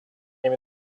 имя